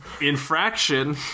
Infraction